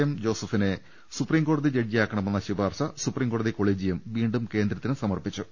M ജോസഫിനെ സുപ്രീംകോടതി ജഡ്ജിയാക്കണമെന്ന ശുപാർശ സുപ്രീംകോടതി കൊളീ ജിയം വീണ്ടും കേന്ദ്രത്തിന് സമർപ്പിച്ചു